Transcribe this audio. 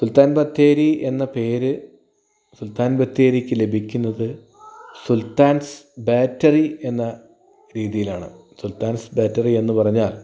സുൽത്താൻ ബത്തേരി എന്ന പേര് സുൽത്താൻ ബത്തേരിക്ക് ലഭിക്കുന്നത് സുൽത്താൻസ് ബാറ്ററി എന്ന രീതിയിലാണ് സുൽത്താൻസ് ബാറ്ററി എന്ന് പറഞ്ഞാൽ